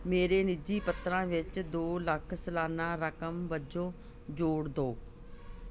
ਮੇਰੇ ਨਿੱਜੀ ਪੱਤਰਾਂ ਵਿੱਚ ਦੋ ਲੱਖ ਸਲਾਨਾ ਰਕਮ ਵਜੋਂ ਜੋੜ ਦੋ